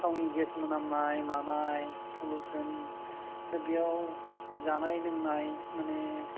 थावनि गेस मोनामनाय मानाय पलुसन दा बेयाव जानाय लोंनाय माने